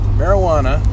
marijuana